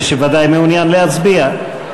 מי שוודאי מעוניין להצביע.